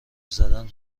زدن